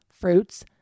Fruits